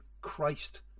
Christ